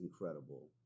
incredible